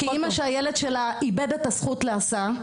כאימא שהילד שלה איבד את הזכות להסעה,